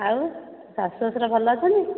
ଆଉ ଶାଶୁ ଶ୍ୱଶୁର ଭଲ ଅଛନ୍ତି